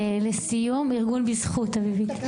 ארגון בזכות, אביבית.